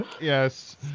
Yes